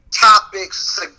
topics